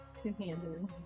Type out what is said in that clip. Two-handed